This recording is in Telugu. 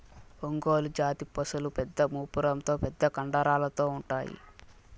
ఒంగోలు జాతి పసులు పెద్ద మూపురంతో పెద్ద కండరాలతో ఉంటాయి